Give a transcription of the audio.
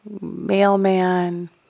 mailman